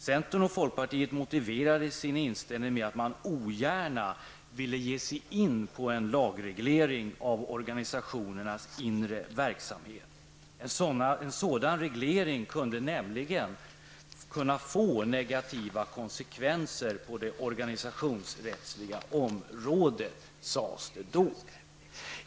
Centern och folkpartiet motiverade sin inställning med att man ogärna ville ge sig in på en lagreglering av organisationernas inre verksamhet. En sådan reglering kunde nämligen få negativa konsekvenser på det organisationsrättsliga området, sades det då.